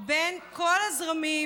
בין כל הזרמים,